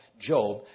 Job